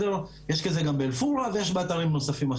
יש כזה גם באל-פורעה ויש באתרים נוספים.